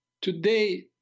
today